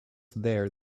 there